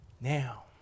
Now